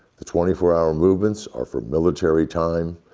the twenty four hour movements are for military time.